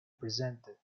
presented